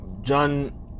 John